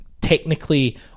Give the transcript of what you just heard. technically